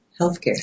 healthcare